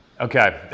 Okay